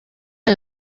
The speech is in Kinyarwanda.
aya